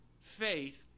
faith